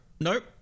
nope